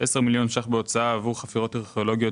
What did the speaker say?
10 מיליון שקלים בהוצאה עבור חפירות ארכיאולוגיות